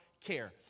care